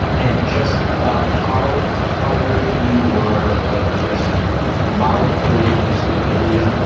and just about how tired you were of just mouth-breathing stupidity,